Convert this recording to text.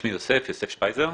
שמי יוסף שפייזר,